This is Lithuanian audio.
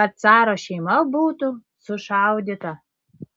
kad caro šeima būtų sušaudyta